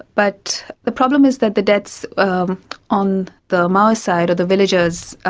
but the problem is that the deaths um on the mao side, of the villagers, ah